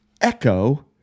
echo